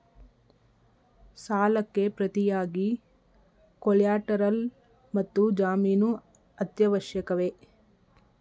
ಸಾಲಕ್ಕೆ ಪ್ರತಿಯಾಗಿ ಕೊಲ್ಯಾಟರಲ್ ಮತ್ತು ಜಾಮೀನು ಅತ್ಯವಶ್ಯಕವೇ?